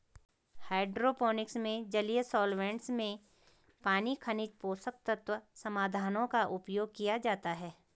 hydroponics में जलीय solvents में पानी खनिज पोषक तत्व समाधानों का उपयोग किया जाता है